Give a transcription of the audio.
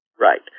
Right